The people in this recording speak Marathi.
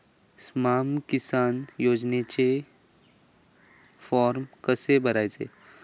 स्माम किसान योजनेचो फॉर्म कसो भरायचो?